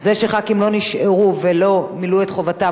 זה שחברי כנסת לא נשארו ולא מילאו את חובתם,